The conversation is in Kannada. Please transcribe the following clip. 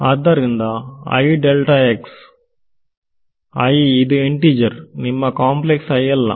ಆದರಿಂದ ಇದು ಎಂಟಿಜರ್ ನಿಮ್ಮ ಕಾಂಪ್ಲೆಕ್ಸ್ i ಅಲ್ಲ